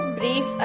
brief